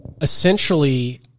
Essentially